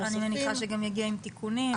אני מניחה שגם יגיע עם תיקונים.